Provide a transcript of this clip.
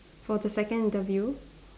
for the second interview